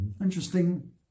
Interesting